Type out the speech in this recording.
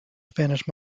spanish